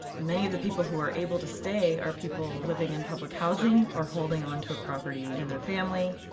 many of the people who are able to stay are people living in public housing or holding onto a property in their family.